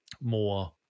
more